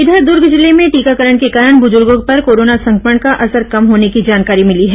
इधर दर्ग जिले में टीकाकरण के कारण बुजुर्गो पर कोरोना संक्रमण का असर कम होने की जानकारी मिली है